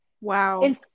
Wow